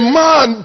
man